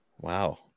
wow